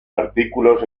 artículos